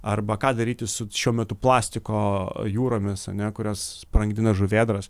arba ką daryti su šiuo metu plastiko jūromis ane kurios sprangdina žuvėdras